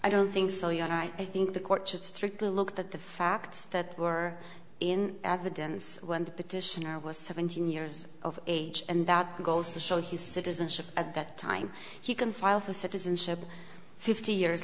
you don't i think the court should strictly look at the facts that were in evidence when the petitioner was seventeen years of age and that goes to show his citizenship at that time he can file for citizenship fifty years